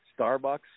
Starbucks